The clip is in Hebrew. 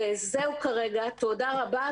תודה רבה.